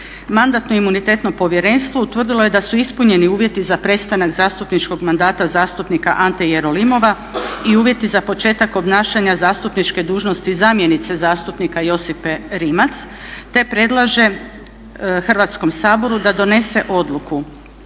Mandatno-imunitetno povjerenstvo utvrdilo je da su ispunjeni uvjeti za prestanak zastupničkog mandata zastupnika Ante Jerolimova i uvjeti za početak obnašanja zastupničke dužnosti zamjenice zastupnika Josipe Rimac, te predlaže Hrvatskom saboru da donese odluku